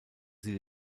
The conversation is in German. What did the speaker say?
sie